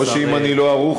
או שאם אני לא ערוך,